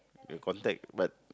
you contact but